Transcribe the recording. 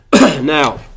Now